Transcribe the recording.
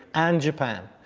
and japan,